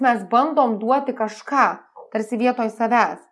mes bandom duoti kažką tarsi vietoj savęs